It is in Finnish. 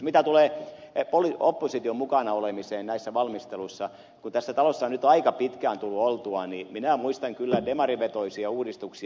mitä tulee opposition mukana olemiseen näissä valmisteluissa kun tässä talossa on nyt aika pitkään tullut oltua niin minä muistan kyllä demarivetoisia uudistuksia